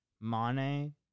Mane